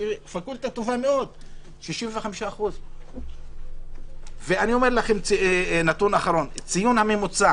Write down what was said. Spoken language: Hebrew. שהיא פקולטה טובה מאוד 65%. נתון אחרון הציון הממוצע